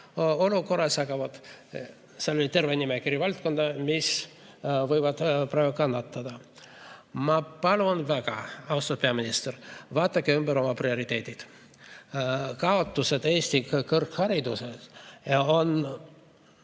olukorras. Ja seal oli terve nimekiri valdkondi, mis võivad praegu kannatada. Ma palun väga, austatud peaminister, vaadake üle oma prioriteedid! Kaotused Eesti kõrghariduses on